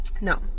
No